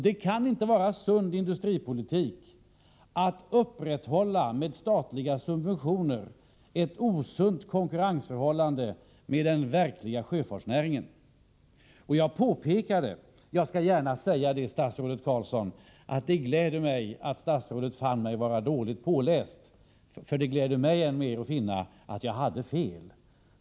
Det kan inte vara sund industripolitik att med statliga subventioner upprätthålla en osund konkurrens med den verkliga sjöfartsnäringen. Jag skall gärna säga, statsrådet Carlsson, att det gläder mig att statsrådet fann att jag hade läst på dåligt och att jag hade fel.